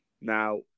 Now